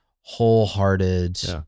wholehearted